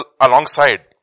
alongside